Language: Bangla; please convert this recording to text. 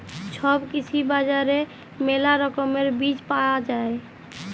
ছব কৃষি বাজারে মেলা রকমের বীজ পায়া যাই